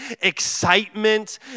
excitement